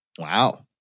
Wow